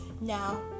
Now